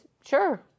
Sure